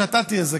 שאתה תהיה זקן.